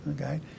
okay